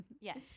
Yes